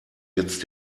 jetzt